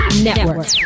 Network